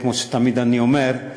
כמו שתמיד אני אומר,